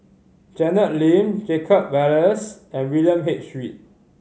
Janet Lim Jacob Ballas and William H Read